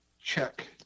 check